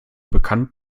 bekannt